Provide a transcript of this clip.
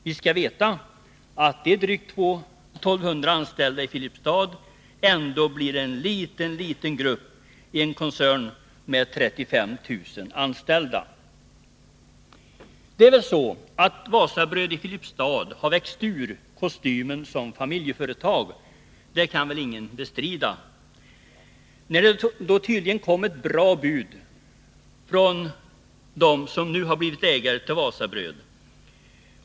Vi skall veta att de drygt 1 200 i Filipstad ändå blir en mycket liten grupp i en koncern med 35 000 anställda. Wasabröd i Filipstad har växt ur familjeföretagskostymen. Det kan väl ingen bestrida. Det kom då tydligen ett bra bud från dem som nu har blivit ägare till Wasabröd.